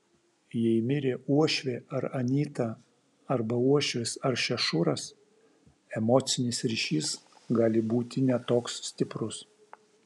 jei mirė uošvė ar anyta arba uošvis ar šešuras emocinis ryšys gali būti ne toks stiprus